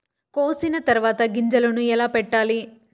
కోసిన తర్వాత గింజలను ఎలా పెట్టాలి